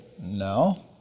no